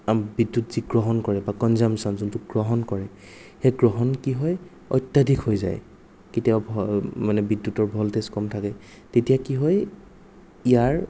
বিদ্যুৎ যি গ্ৰহণ কৰে বা কঞ্জামশ্যন যোনটো গ্ৰহণ কৰে সেই গ্ৰহণ কি হয় অত্যাধিক হৈ যায় কেতিয়াবা মানে বিদ্যুতৰ ভ'ল্টেজ কম থাকে তেতিয়া কি হয় ইয়াৰ